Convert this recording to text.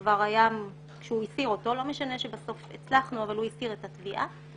לא משנה שבסוף הצלחנו הוא הסיר את התביעה.